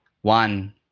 One